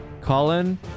Colin